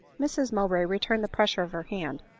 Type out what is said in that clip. mrs mowbray returned the pressure of her hand,